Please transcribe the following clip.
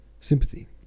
sympathy